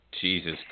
Jesus